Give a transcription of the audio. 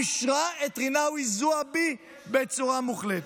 אישרה את רינאוי זועבי בצורה מוחלטת.